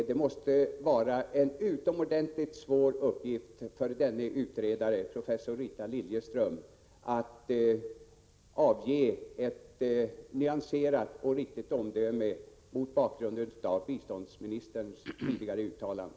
Det måste vara en utomordentligt svår uppgift för denna utredare, professor Rita Liljeström, att avge ett nyanserat och riktigt omdöme mot bakgrund av biståndsministerns tidigare uttalanden.